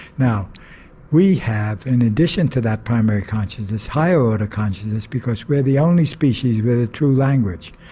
now we have in addition to that primary consciousness higher order consciousness because we're the only species with a true language,